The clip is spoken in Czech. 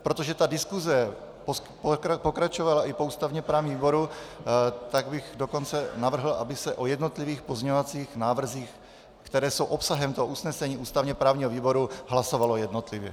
Protože ta diskuse pokračovala i po ústavněprávním výboru, tak bych dokonce navrhl, aby se o jednotlivých pozměňovacích návrzích, které jsou obsahem usnesení ústavněprávního výboru, hlasovalo jednotlivě.